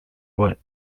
what